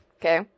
okay